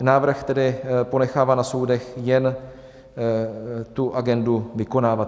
Návrh tedy ponechává na soudech jen agendu vykonávací.